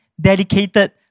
Dedicated